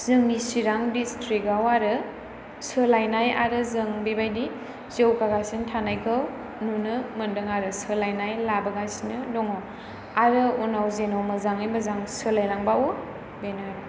जोंनि चिरां दिसट्रिक आव आरो सोलायनाय आरो जों बिबादि जौगागासिनो थानायखौ नुनो मोनदों आराे सोलायनाय लाबोगासिनो दङ आरो उनाव जेन' मोजाङै मोजां सोलायलांबावो बेनो आरो